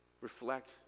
Reflect